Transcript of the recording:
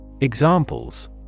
Examples